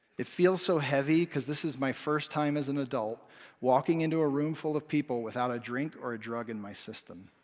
it feels so heavy because this is my first time as an adult walking into a roomful of people without a drink or a drug in my system.